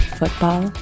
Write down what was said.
football